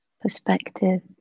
perspective